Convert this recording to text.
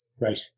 Right